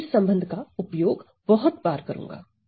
मैं इस संबंध का उपयोग बहुत बार करूंगा